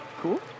cool